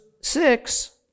six